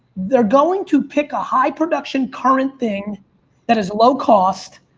they're going to pick a high production current thing that is low cost,